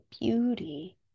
beauty